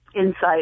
insight